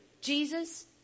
Jesus